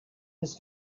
his